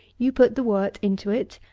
you put the wort into it,